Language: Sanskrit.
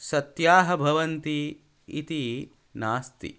सत्याः भवन्ति इति नास्ति